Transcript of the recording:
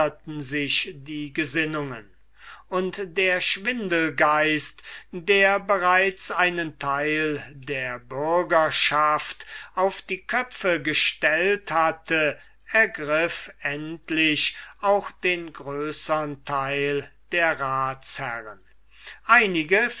sich die gesinnungen und der schwindelgeist der bereits einen teil der bürgerschaft auf die köpfe gestellt hatte ergriff endlich auch den größern teil der ratsherren einige